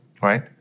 right